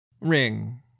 ring